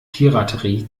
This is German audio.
piraterie